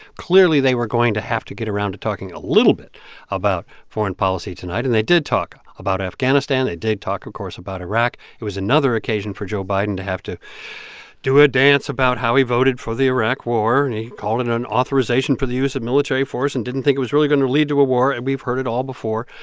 clearly they were going to have to get around to talking a little bit about foreign policy tonight. and they did talk about afghanistan. they did talk, of course, about iraq it was another occasion for joe biden to have to do a dance about how he voted for the iraq war, and he called in an authorization for the use of military force, and didn't think it was really going to lead to a war. and we've heard it all before.